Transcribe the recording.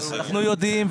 אנחנו יודעים.